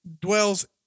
dwells